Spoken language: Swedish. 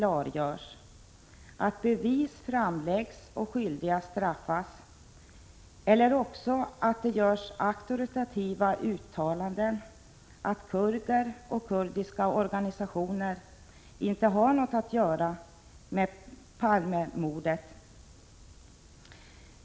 Bevis måste framläggas och skyldiga straffas, eller också måste det göras auktoritativa uttalanden att kurder och kurdiska organisationer inte har något att göra med Palmemordet.